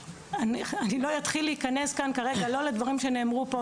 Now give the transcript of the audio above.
אני לא אתחיל להיכנס כאן כרגע לדברים שנאמרו פה,